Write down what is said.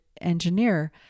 engineer